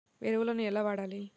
ఎరువులను ఎలా వాడాలి?